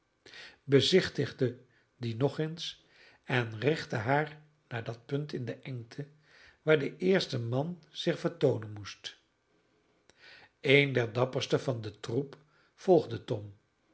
bezichtigde die nog eens en richtte haar naar dat punt der engte waar de eerste man zich vertoonen moest een der dapperste van den troep volgde tom